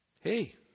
Hey